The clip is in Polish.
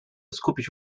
skupić